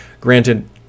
Granted